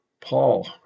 Paul